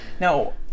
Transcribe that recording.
Now